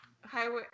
Highway